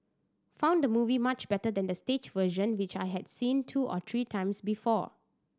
found the movie much better than the stage version which I had seen two or three times before